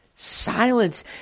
Silence